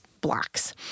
blocks